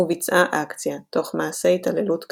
וביצעה אקציה, תוך מעשי התעללות קשים,